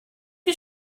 you